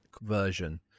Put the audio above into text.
version